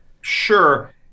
Sure